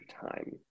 time